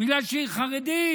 בגלל שהיא חרדית?